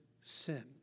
sin